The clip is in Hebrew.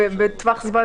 טווח הזמן